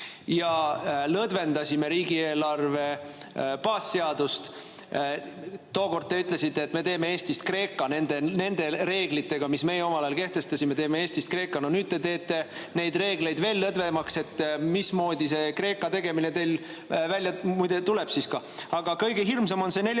lõdvendasime riigieelarve baasseaduse [nõudeid]. Tookord te ütlesite, et me teeme Eestist Kreeka nende reeglitega, mis meie omal ajal kehtestasime. Teeme Eestist Kreeka! No nüüd te teete neid reegleid veel lõdvemaks. Mismoodi see Kreeka tegemine teil välja tuleb siis ka? Aga kõige hirmsam on see